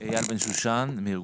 כן.